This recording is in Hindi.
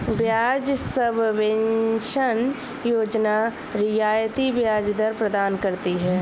ब्याज सबवेंशन योजना रियायती ब्याज दर प्रदान करती है